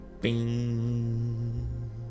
Bing